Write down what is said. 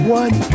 one